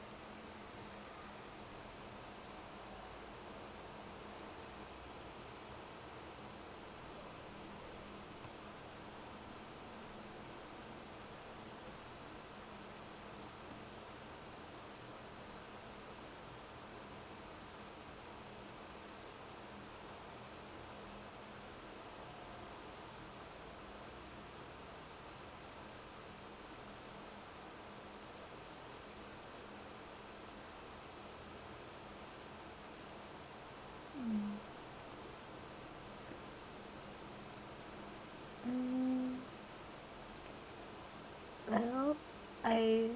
mm um well I